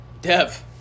Dev